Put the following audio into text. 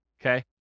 okay